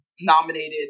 nominated